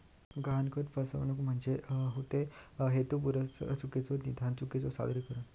गहाणखत फसवणूक म्हणजे हेतुपुरस्सर चुकीचो विधान, चुकीचो सादरीकरण